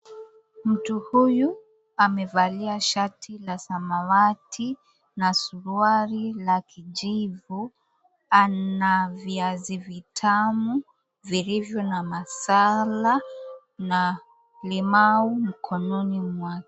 Mtu huyu amevalia shati la samawati na suruali la kijivu ana viazi vitamu vilivyo na masala na limau mkononi mwake.